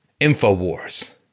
InfoWars